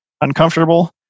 uncomfortable